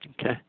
Okay